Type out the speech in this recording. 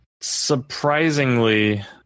surprisingly